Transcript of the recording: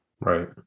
Right